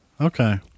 Okay